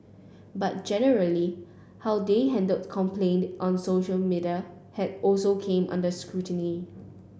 but generally how they handled complaint on social media has also come under scrutiny